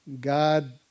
God